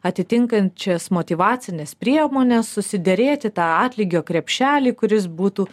atitinkančias motyvacines priemones susiderėti tą atlygio krepšelį kuris būtų